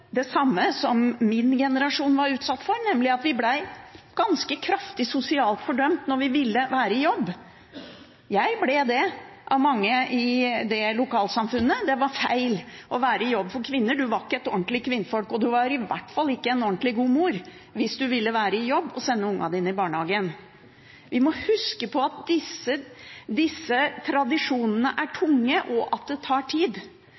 det samme som min generasjon var utsatt for, nemlig at vi ble ganske kraftig sosialt fordømt når vi ville være i jobb. Jeg ble det av mange i lokalsamfunnet. Det var feil å være i jobb som kvinne, en var ikke et ordentlig kvinnfolk, og en var i hvert fall ikke en ordentlig god mor hvis en ville være i jobb og sende ungene sine i barnehagen. Vi må huske på at disse tradisjonene er tunge, at det tar tid,